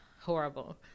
horrible